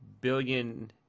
billion